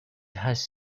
has